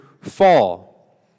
fall